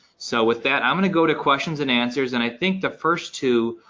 so with that i'm going to go to questions and answers and i think the first two,